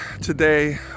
today